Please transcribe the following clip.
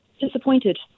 Disappointed